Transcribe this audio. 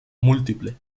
múltiple